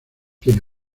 tiene